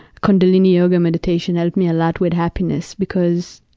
kundalini yoga meditation helped me a lot with happiness, because,